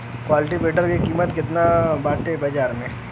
कल्टी वेटर क कीमत केतना बाटे बाजार में?